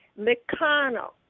McConnell